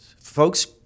folks